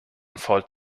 fort